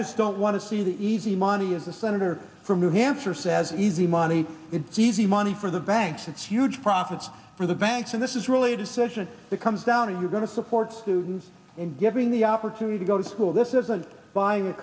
just don't want to see the easy money as the senator from new hampshire says easy money it's easy money for the banks it's huge profits for the banks so this is really a decision that comes down and we're going to support students in giving the opportunity to go to school this is a buying a